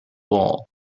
wall